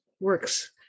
works